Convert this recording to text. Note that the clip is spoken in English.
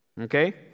okay